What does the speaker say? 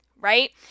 right